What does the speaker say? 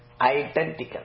identical